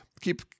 Keep